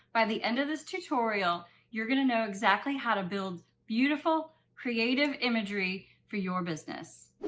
by the end of this tutorial you're going to know exactly how to build beautiful, creative imagery for your business.